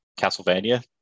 castlevania